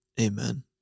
amen